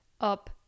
up